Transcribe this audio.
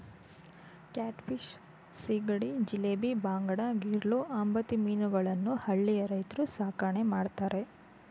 cat fish, ಸೀಗಡಿ, ಜಿಲೇಬಿ, ಬಾಂಗಡಾ, ಗಿರ್ಲೂ, ಅಂಬತಿ ಮೀನುಗಳನ್ನು ಹಳ್ಳಿಯ ರೈತ್ರು ಸಾಕಣೆ ಮಾಡ್ತರೆ